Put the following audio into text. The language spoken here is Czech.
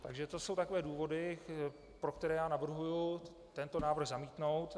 Takže to jsou takové důvody, pro které já navrhuji tento návrh zamítnout.